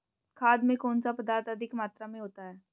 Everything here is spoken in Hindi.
खाद में कौन सा पदार्थ अधिक मात्रा में होता है?